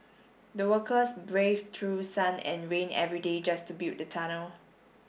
the workers braved through sun and rain every day just to build the tunnel